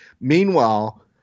Meanwhile